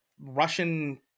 Russian